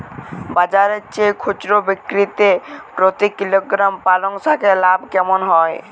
বাজারের চেয়ে খুচরো বিক্রিতে প্রতি কিলোগ্রাম পালং শাকে লাভ কেমন হয়?